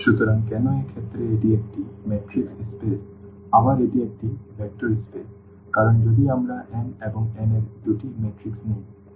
সুতরাং কেন এই ক্ষেত্রে এটি একটি ম্যাট্রিক্স স্পেস আবার এটি একটি ভেক্টর স্পেস কারণ যদি আমরা m এবং n এর দুটি ম্যাট্রিক্স নিই